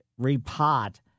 repot